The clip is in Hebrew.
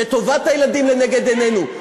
שטובת הילדים לנגד עינינו.